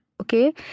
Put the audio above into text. okay